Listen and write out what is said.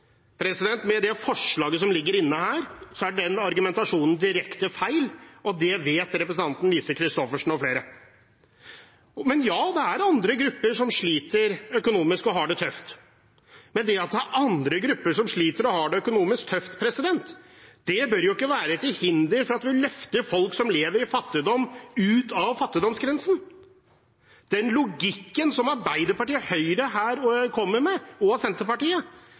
Med det forslaget som ligger inne her, er den argumentasjonen direkte feil, og det vet representanten Lise Christoffersen og flere. Men ja, det er andre grupper som sliter økonomisk og har det tøft. Men det at det er andre grupper som sliter og har det økonomisk tøft, bør jo ikke være til hinder for at vi løfter folk som lever i fattigdom, ut av fattigdomsgrensen. Den logikken som Arbeiderpartiet, Høyre og Senterpartiet her kommer med,